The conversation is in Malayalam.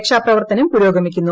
രക്ഷാപ്രവർത്തനം പുരോഗമിക്കുന്നു